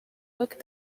looked